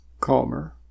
calmer